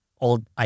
old